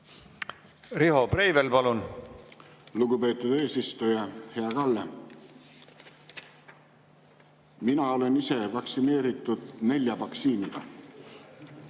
Riho Breivel, palun! Lugupeetud eesistuja! Hea Kalle! Mina olen ise vaktsineeritud nelja vaktsiini[doosiga],